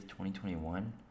2021